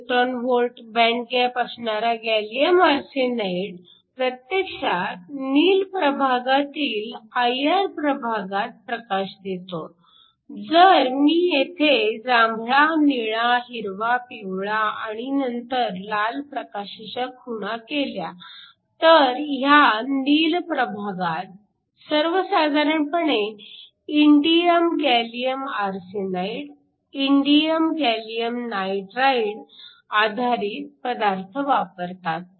4 band gap असणारा gallium arsenide प्रत्यक्षात नील प्रभागातील IR प्रभागात प्रकाश देतो जर मी येथे जांभळा निळा हिरवा पिवळा आणि नंतर लाल प्रकाशाच्या खुणा केल्या तर ह्या नील प्रभागात सर्व साधारणपणे indium gallium arsenide indium gallium nitride आधारित पदार्थ वापरतात